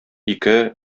ике